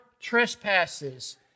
trespasses